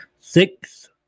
Six